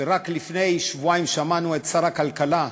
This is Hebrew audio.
שרק לפני שבועיים שמענו את שר הכלכלה,